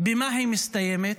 במה היא מסתיימת?